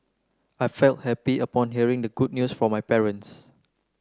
I felt happy upon hearing the good news from my parents